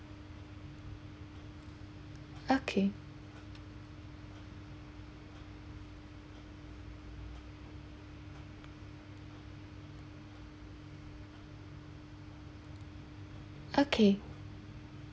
okay okay